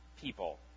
people